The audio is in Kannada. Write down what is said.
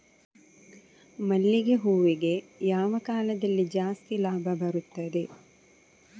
ಮಲ್ಲಿಗೆ ಹೂವಿಗೆ ಯಾವ ಕಾಲದಲ್ಲಿ ಜಾಸ್ತಿ ಲಾಭ ಬರುತ್ತದೆ?